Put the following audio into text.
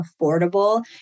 affordable